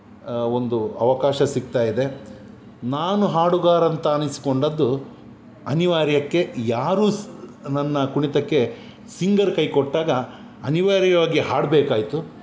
ಒಂದು ಅವಕಾಶ ಸಿಕ್ತಾಯಿದೆ ನಾನು ಹಾಡುಗಾರ ಅಂತ ಅನ್ನಿಸ್ಕೊಂಡಿದ್ದು ಅನಿವಾರ್ಯಕ್ಕೆ ಯಾರು ಸ್ ನನ್ನ ಕುಣಿತಕ್ಕೆ ಸಿಂಗರ್ ಕೈ ಕೊಟ್ಟಾಗ ಅನಿವಾರ್ಯವಾಗಿ ಹಾಡಬೇಕಾಯ್ತು